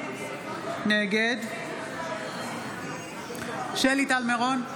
נגד שלי טל מירון,